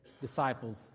disciples